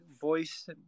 voice